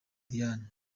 diane